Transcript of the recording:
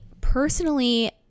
personally